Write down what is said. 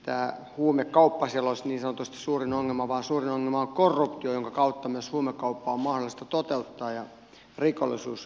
päähuumekauppa selosti satu suurin ongelma vaan suurin on maan korkein kautta myös huumekauppa mainosti toteuttaa ja rikollisuus